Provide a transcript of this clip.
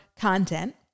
content